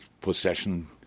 possession